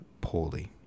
poorly